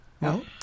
No